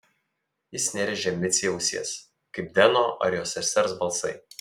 jis nerėžė micei ausies kaip deno ar jo sesers balsai